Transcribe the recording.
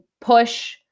push